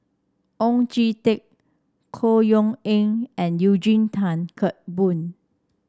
Oon Jin Teik Chor Yeok Eng and Eugene Tan Kheng Boon